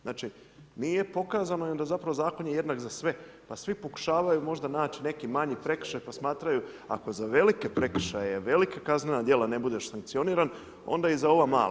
Znači, nije pokazano i zapravo zakon je jednak za sve, pa svi pokušavaju možda naći neki manji prekršaj, pa smatraju, ako za velike prekršaje, velika kaznena dijela ne budeš sankcioniran, onda i za ova mala.